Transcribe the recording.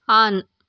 on